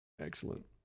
Excellent